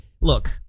look